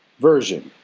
version,